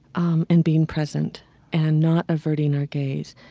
um and being present and not averting our gaze.